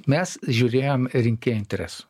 mes žiūrėjom rinkėjų interesų